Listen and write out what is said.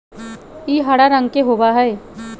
ई हरा रंग के होबा हई